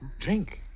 Drink